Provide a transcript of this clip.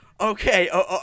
Okay